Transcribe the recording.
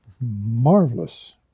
marvelous